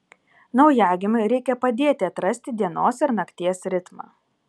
naujagimiui reikia padėti atrasti dienos ir nakties ritmą